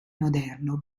moderno